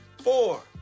four